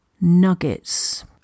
nuggets